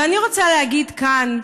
ואני רוצה להגיד כאן,